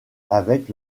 avec